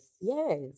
yes